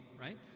right